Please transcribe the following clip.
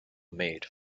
made